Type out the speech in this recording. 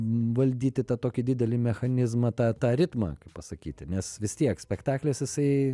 valdyti tą tokį didelį mechanizmą tą tą ritmą kaip pasakyti nes vis tiek spektaklis jisai